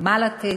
כמה לתת,